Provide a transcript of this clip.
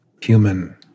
human